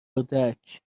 اردک